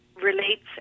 relates